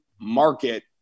market